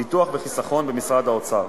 ביטוח וחיסכון במשרד האוצר.